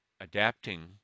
adapting